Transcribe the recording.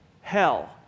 hell